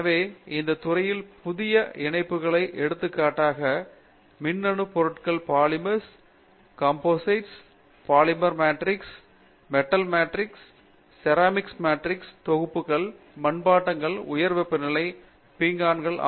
எனவே அந்த இணைப்பில் புதிய இணைப்புகளை எடுத்துக்காட்டாக மின்னணு பொருட்கள் பாலிமர்ஸ் கம்போசிட்டுகள் கூறுகையில் பாலிமர் மேட்ரிக்ஸ் தொகுப்புகள் மெட்டல் மேட்ரிக்ஸ் தொகுப்புகள் செராமிக் மேட்ரிக்ஸ் தொகுப்புகள் மட்பாண்டங்கள் உயர் வெப்பநிலை பீங்கான்கள்